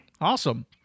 awesome